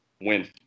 Win